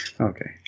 okay